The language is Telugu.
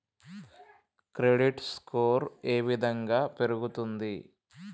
క్రెడిట్ స్కోర్ ఏ విధంగా పెరుగుతుంది?